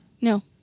No